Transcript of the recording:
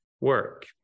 work